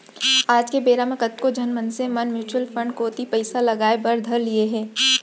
आज के बेरा म कतको झन मनसे मन म्युचुअल फंड कोती पइसा लगाय बर धर लिये हें